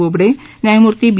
बोबडे न्यायमूर्ती बी